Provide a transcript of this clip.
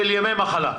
של ימי מחלה.